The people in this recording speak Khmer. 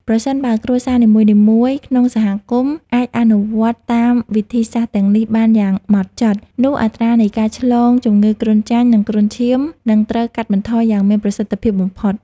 ប្រសិនបើគ្រួសារនីមួយៗក្នុងសហគមន៍អាចអនុវត្តតាមវិធីសាស្ត្រទាំងនេះបានយ៉ាងម៉ត់ចត់ នោះអត្រានៃការឆ្លងជំងឺគ្រុនចាញ់ និងគ្រុនឈាមនឹងត្រូវកាត់បន្ថយយ៉ាងមានប្រសិទ្ធភាពបំផុត។